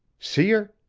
see her?